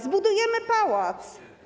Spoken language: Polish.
Zbudujemy pałac.